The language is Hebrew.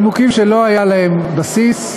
נימוקים שלא היה להם בסיס.